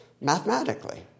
mathematically